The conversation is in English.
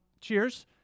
Cheers